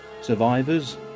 Survivors